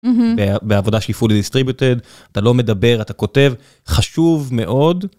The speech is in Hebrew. בעבודה של full distributed אתה לא מדבר אתה כותב חשוב מאוד.